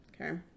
okay